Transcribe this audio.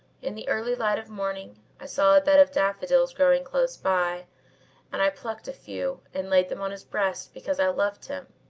in the early light of morning i saw a bed of daffodils growing close by and i plucked a few and laid them on his breast because i loved him.